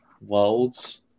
Worlds